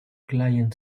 client